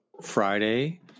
Friday